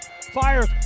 Fires